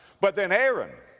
but then aaron,